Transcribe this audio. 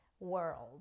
world